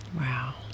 wow